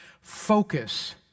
Focus